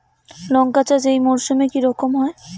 লঙ্কা চাষ এই মরসুমে কি রকম হয়?